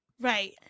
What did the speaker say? right